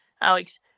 Alex